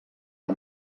que